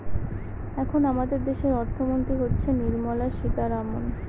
এখন আমাদের দেশের অর্থমন্ত্রী হচ্ছেন নির্মলা সীতারামন